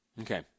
Okay